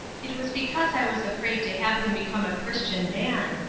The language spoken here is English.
it was because i was afraid to have him become a christian man!